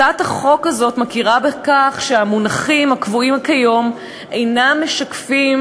הצעת החוק הזו מכירה בכך שהמונחים הקבועים כיום אינם משקפים